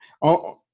On